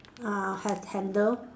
uh hand handle